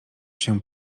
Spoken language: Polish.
się